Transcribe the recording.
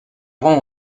rend